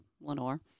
Lenore